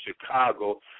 Chicago